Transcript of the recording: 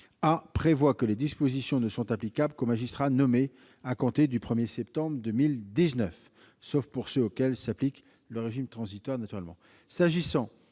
A prévoit que les dispositions ne sont applicables qu'aux magistrats nommés à compter du 1 septembre 2019, sauf pour ceux auxquels s'applique le régime transitoire, naturellement.